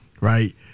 right